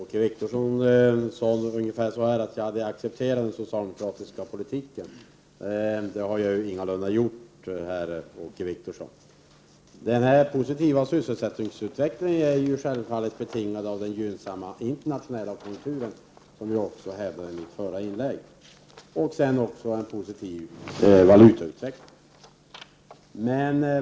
Herr talman! Åke Wictorsson sade att jag hade accepterat den socialdemokratiska politiken. Det har jag ingalunda gjort, Åke Wictorsson. Den positiva sysselsättningsutvecklingen är självfallet betingad av den gynnsamma internationella konjunkturen, vilket jag också hävdade i mitt förra inlägg, och av en positiv valutautveckling.